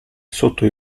sotto